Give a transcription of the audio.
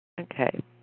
Okay